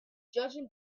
judging